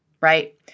Right